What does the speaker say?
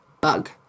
bug